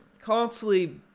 constantly